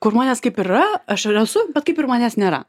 kur manęs kaip yra aš ir esu bet kaip ir manęs nėra